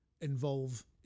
involve